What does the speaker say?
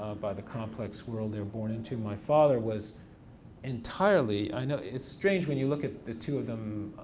by the complex world they're born into. my father was entirely, i know, it's strange when you look at the two of them